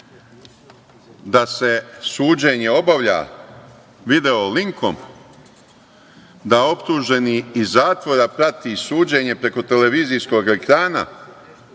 da se suđenje obavlja video linkom, da optuženi iz zatvora prati suđenje preko televizijskog ekrana